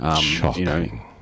Shocking